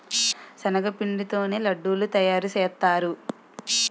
శనగపిండి తోనే లడ్డూలు తయారుసేత్తారు